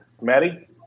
Maddie